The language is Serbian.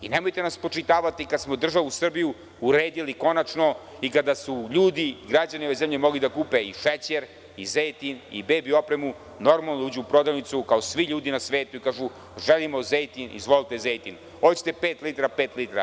Nemojte nam spočitavati kada smo državu Srbiju uredili konačno i kada su građani ove zemlje mogli da kupe i šećer, i zejtin i bebi opremu normalno, da uđu u prodavnicu, kao svi ljudi na svetu i kažu – želimo zejtin, izvolte zejtin, hoćete pet litara, pet litara.